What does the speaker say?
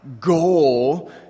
goal